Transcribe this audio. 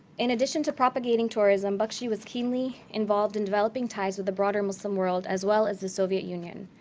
in addition to propagating tourism, bakshi was keenly involved in developing ties with the broader muslim world as well as the soviet union.